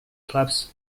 clubs